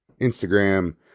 Instagram